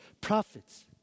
Prophets